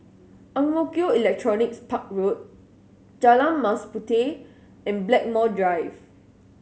Ang Mo Kio Electronics Park Road Jalan Mas Puteh and Blackmore Drive